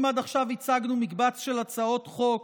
אם עד עכשיו הצגנו מקבץ של הצעות חוק